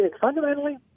fundamentally